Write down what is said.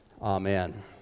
Amen